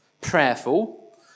prayerful